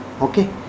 okay